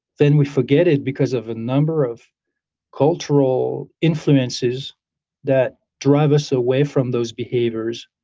then we forget it because of a number of cultural influences that drive us away from those behaviors.